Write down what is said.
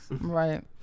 Right